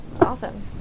Awesome